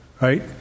right